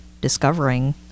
discovering